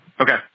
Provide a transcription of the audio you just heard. Okay